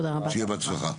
שיהיה בהצלחה.